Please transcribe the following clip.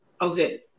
Okay